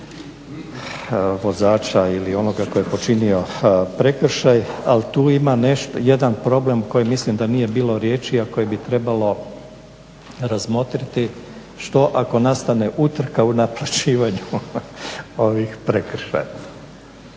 vozača ili onoga tko je počinio prekršaj. Ali tu ima jedan problem koji mislim da nije bilo riječi, a koje bi trebalo razmotriti što ako nastane utrka u naplaćivanju prekršaja.